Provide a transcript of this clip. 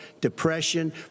depression